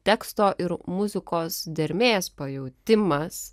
teksto ir muzikos dermės pajautimas